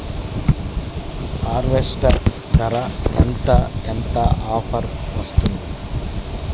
Harvester ధర ఎంత ఎంత ఆఫర్ వస్తుంది?